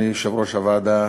אדוני יושב-ראש הוועדה,